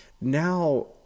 Now